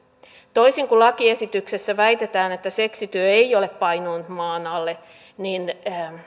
toisin kuin lakiesityksessä väitetään että seksityö ei ole painunut maan alle niin